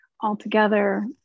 altogether